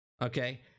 okay